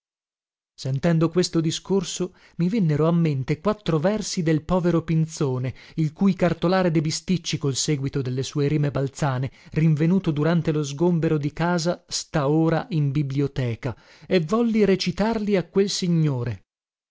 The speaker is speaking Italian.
sentendo questo discorso mi vennero a mente quattro versi del povero pinzone il cui cartolare de bisticci col seguito delle sue rime balzane rinvenuto durante lo sgombero di casa sta ora in biblioteca e volli recitarli a quel signore